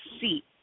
see